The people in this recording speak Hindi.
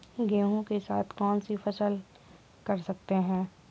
गेहूँ के साथ कौनसी फसल कर सकते हैं?